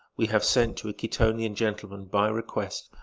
we have sent to a quitonian gentleman, by request,